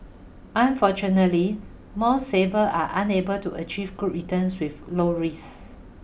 unfortunately most savers are unable to achieve good returns with low risks